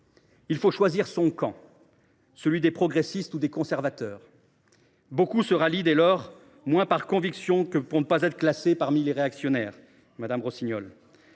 Il faut choisir son camp : celui des progressistes ou des conservateurs. C’est souvent le cas ! Beaucoup se rallient dès lors moins par conviction que pour ne pas être classés parmi les réactionnaires, madame Rossignol.